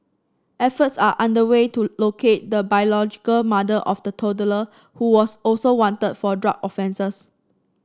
efforts are underway to locate the biological mother of the toddler who was also wanted for drug offences